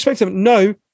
No